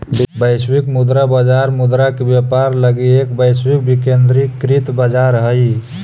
विदेशी मुद्रा बाजार मुद्रा के व्यापार लगी एक वैश्विक विकेंद्रीकृत बाजार हइ